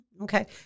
Okay